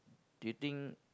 do you think